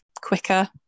quicker